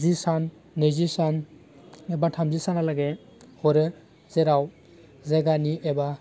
जि सान नैजि सान एबा थामजि साना लागै हरो जेराव जायगानि एबा